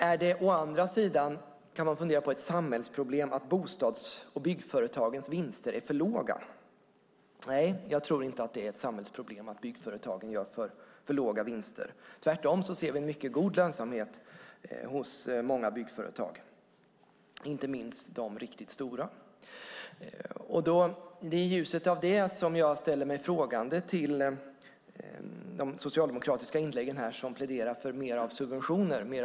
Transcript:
Man kan fundera på om det å andra sidan är ett samhällsproblem om bostads och byggföretagens vinster är för låga. Nej, jag tror inte att det är ett samhällsproblem att byggföretagen gör för låga vinster. Tvärtom ser vi en mycket god lönsamhet hos många byggföretag och inte minst de riktigt stora. Det är i ljuset av det som jag ställer mig frågande till de socialdemokratiska inläggen här där man pläderar för mer av subventionspolitik.